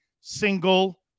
single